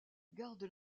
gardent